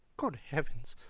good heavens.